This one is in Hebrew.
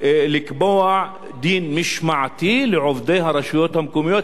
לקבוע דין משמעתי לעובדי הרשויות המקומיות.